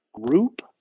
group